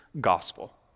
gospel